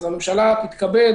תתכבד